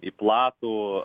į platų